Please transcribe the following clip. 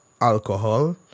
alcohol